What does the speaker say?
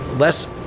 less